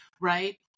right